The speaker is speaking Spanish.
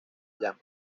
llama